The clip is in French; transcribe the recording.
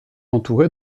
entouré